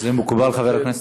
זה מקובל, חבר הכנסת?